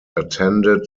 attended